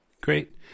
Great